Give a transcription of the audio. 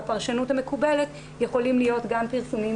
בפרשנות המקובלת יכולים להיות גם פרסומים